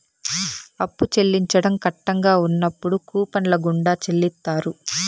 అప్పు చెల్లించడం కట్టంగా ఉన్నప్పుడు కూపన్ల గుండా చెల్లిత్తారు